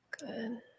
good